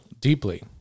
Deeply